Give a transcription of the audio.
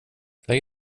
lägg